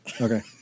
Okay